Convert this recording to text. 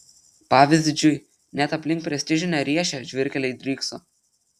pavyzdžiui net aplink prestižinę riešę žvyrkeliai drykso